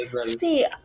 see